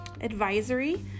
Advisory